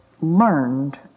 learned